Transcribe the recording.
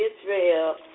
Israel